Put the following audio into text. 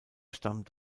stammt